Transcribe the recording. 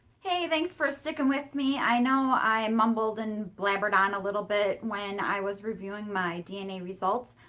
hey, thanks for sticking with me. i know i mumbled and blabbered on a little bit when i was reviewing my dna results.